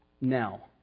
Now